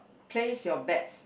place your bets